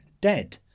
dead